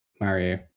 Mario